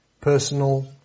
personal